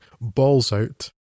balls-out